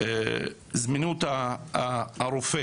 זמינות הרופא,